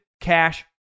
Cash